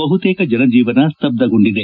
ಬಹುತೇಕ ಜನಜೀವನ ಸ್ತಬ್ದಗೊಂಡಿದೆ